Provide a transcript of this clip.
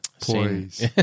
Please